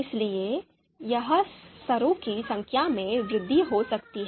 इसलिए यहां स्तरों की संख्या में वृद्धि हो सकती है